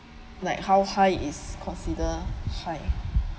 like how high is consider high